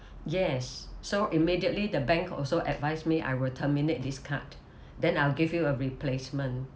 yes so immediately the bank also advised me I will terminate this card then I'll give you a replacement